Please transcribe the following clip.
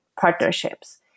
partnerships